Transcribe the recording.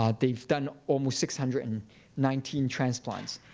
um they've done almost six hundred and nineteen transplants.